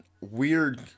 weird